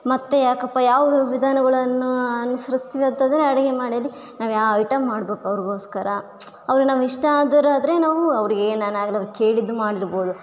ಮತ್ತೆ ಯಾಕಪ್ಪ ಯಾವ್ಯಾವ ವಿಧಾನಗಳನ್ನು ಅನುಸರಿಸ್ತೇವೆ ಅಂತ ಅಂದರೆ ಅಡುಗೆ ಮಾಡಿರಿ ನಾವು ಯಾವ ಐಟಮ್ ಮಾಡಬೇಕು ಅವ್ರಿಗೋಸ್ಕರ ಅವ್ರು ನಾವು ಇಷ್ಟ ಆದರೆ ಆದರೆ ನಾವು ಅವರಿಗೆ ಏನಾನ ಆಗ್ಲಿ ಅವ್ರು ಕೇಳಿದ್ದು ಮಾಡಿಡಭೌದು